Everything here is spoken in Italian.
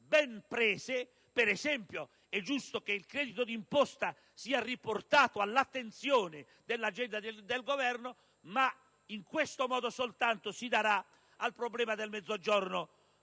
per esempio, è giusto che il credito d'imposta sia riportato all'attenzione dell'agenda del Governo. In questo modo soltanto si darà risoluzione al problema del Mezzogiorno.